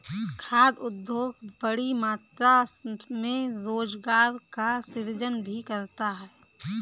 खाद्य उद्योग बड़ी मात्रा में रोजगार का सृजन भी करता है